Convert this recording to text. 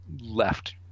left